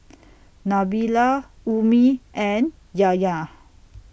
Nabila Ummi and Yahya